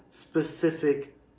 specific